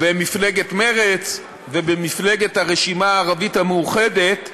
במפלגת מרצ, ובמפלגת הרשימה הערבית המאוחדת,